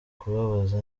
kubabaza